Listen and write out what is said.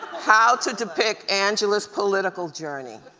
how to depict angela's political journey?